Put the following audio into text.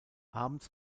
abends